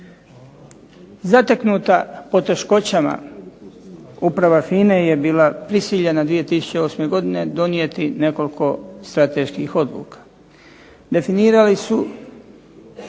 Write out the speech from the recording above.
Zateknuta poteškoćama uprava FINA-e je bila prisiljena 2008. godine donijeti nekoliko strateških odluka. Definirali su